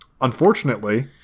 Unfortunately